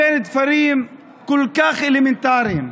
בין דברים כל כך אלמנטריים.